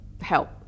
help